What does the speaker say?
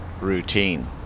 routine